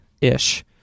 ish